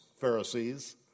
Pharisees